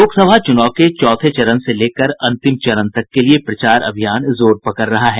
लोकसभा चुनाव के चौथे चरण से लेकर अंतिम चरण तक के लिए प्रचार अभियान जोर पकड़ रहा है